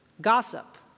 gossip